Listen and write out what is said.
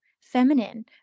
feminine